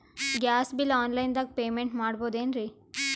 Gas bill ಆನ್ ಲೈನ್ ದಾಗ ಪೇಮೆಂಟ ಮಾಡಬೋದೇನ್ರಿ?